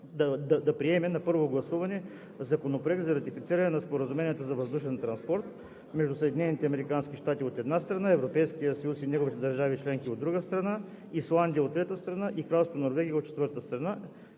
да приеме на първо гласуване Законопроект за ратифициране на Споразумението за въздушен транспорт между Съединените американски щати, от една страна, Европейския съюз и неговите държави членки, от друга страна, Исландия, от трета страна, и Кралство Норвегия, от четвърта страна,